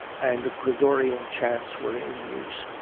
and gregorian chants were in use.